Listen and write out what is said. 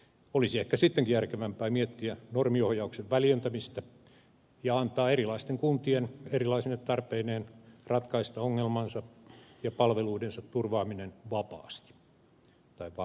olisi ehkä sittenkin järkevämpää miettiä normiohjauksen väljentämistä ja antaa erilaisten kuntien erilaisine tarpeineen ratkaista ongelmansa ja palveluidensa turvaaminen vapaammin